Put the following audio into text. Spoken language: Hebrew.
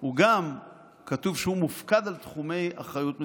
גם כתוב שהוא מופקד על תחומי אחריות מסוימים,